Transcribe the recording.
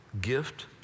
gift